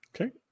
Okay